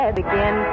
begin